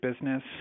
business